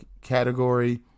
category